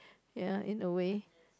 ya in a way